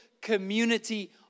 community